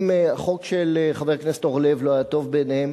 אם החוק של חבר הכנסת אורלב לא היה טוב בעיניהם